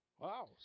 Wow